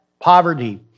poverty